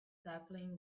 sapling